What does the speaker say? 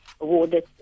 awarded